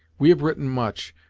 we have written much,